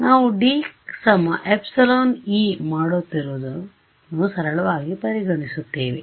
ನಾವು D ε E ಮಾಡುತ್ತಿರುವುದನ್ನು ಸರಳವಾಗಿ ಪರಿಗಣಿಸುತ್ತೇವೆ